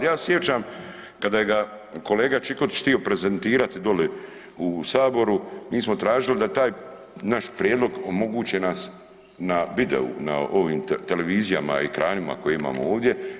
Ja se sjećam kada ga je kolega Čikotić htio prezentirati dole u Saboru mi smo tražili da taj naš prijedlog omoguće nas na videu, na ovim televizijama, ekranima koje imamo ovdje.